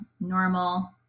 normal